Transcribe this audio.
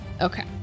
Okay